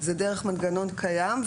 זה דרך מנגנון קיים?